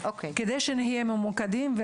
על מנת שנהיה ממוקדים בעשייה שלנו